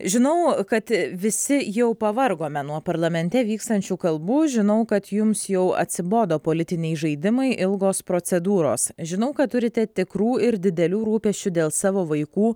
žinau kad visi jau pavargome nuo parlamente vykstančių kalbų žinau kad jums jau atsibodo politiniai žaidimai ilgos procedūros žinau kad turite tikrų ir didelių rūpesčių dėl savo vaikų